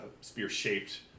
spear-shaped